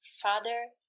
Father